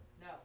No